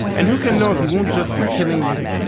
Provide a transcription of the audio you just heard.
and who can know if he won't just be killing you.